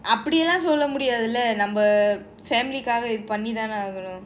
அப்டிலாம்சொல்லமுடியாதுலநம்ம:apdilam solla mudiathula namma family kaga அதபண்ணித்தானேஆகணும்:adha pannithane aganum